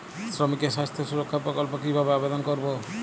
শ্রমিকের স্বাস্থ্য সুরক্ষা প্রকল্প কিভাবে আবেদন করবো?